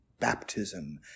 Baptism